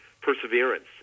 perseverance